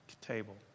table